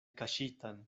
kaŝitan